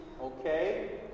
Okay